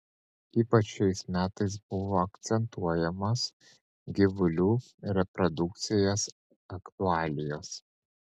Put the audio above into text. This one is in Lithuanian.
ypač šiais metais buvo akcentuojamos gyvulių reprodukcijos aktualijos